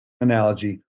analogy